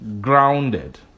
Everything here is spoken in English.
grounded